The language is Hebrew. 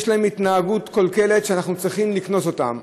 יש להם התנהגות קלוקלת ואנחנו צריכים לקנוס אותם?